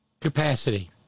Capacity